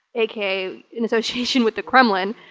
aka in association with the kremlin,